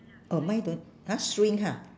oh mine don't !huh! string ah